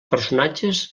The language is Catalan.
personatges